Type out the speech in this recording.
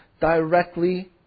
directly